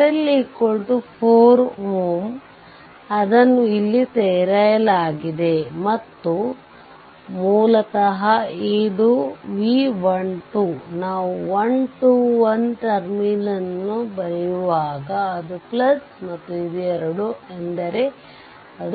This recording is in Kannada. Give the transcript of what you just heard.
RL 4 Ω ಆದನ್ನು ಇಲ್ಲಿ ತೆರೆಯಲಾಗಿದೆ ಮತ್ತು ಮೂಲತಃ ಇದು V 1 2 ನಾವು 1 2 1 ಟರ್ಮಿನಲ್ ಅನ್ನು ಬರೆಯುವಾಗ ಅದು ಮತ್ತು ಎರಡು ಎಂದರೆ ಅದು